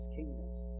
kingdoms